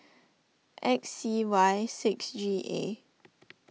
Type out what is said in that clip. X C Y six G A